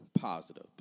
positive